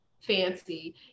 Fancy